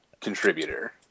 Contributor